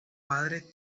padre